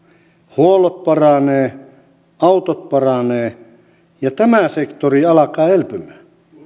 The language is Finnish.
huollot paranevat autot paranevat ja tämä sektori alkaa elpyä